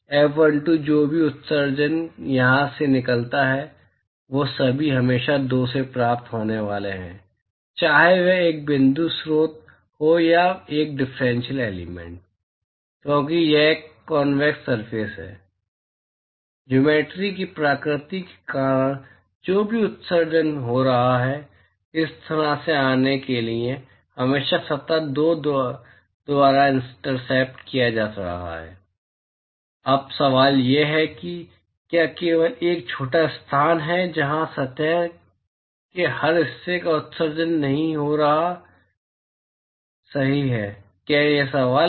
F12 जो भी उत्सर्जन यहाँ से निकलता है वे सभी हमेशा दो से प्राप्त होने वाले हैं चाहे वह एक बिंदु स्रोत हो या एक डिफरेंशियल एलिमेंट क्योंकि यह एक कॉनवेक्स सरफेस है ज्योमेट्रि की प्रकृति के कारण जो भी उत्सर्जन हो रहा है इस सतह से आने के लिए हमेशा सतह दो द्वारा इंटरसेप्ट किया जा रहा है अब सवाल यह है कि क्या केवल एक छोटा स्थान है जहां सतह के हर हिस्से से उत्सर्जन नहीं हो रहा है सही है क्या यह सवाल है